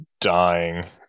dying